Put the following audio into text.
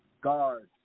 guards